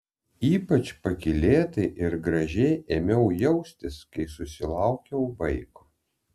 ypač pakylėtai ir gražiai ėmiau jaustis kai susilaukiau vaiko